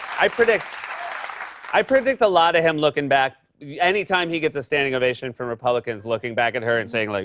i predict i predict a lot of him looking back anytime he gets a standing ovation from republicans, looking back at and her and saying, like.